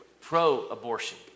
pro-abortion